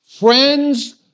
Friends